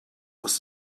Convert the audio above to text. must